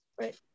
Right